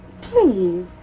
Please